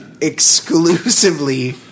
exclusively